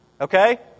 Okay